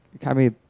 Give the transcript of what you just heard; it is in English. Kami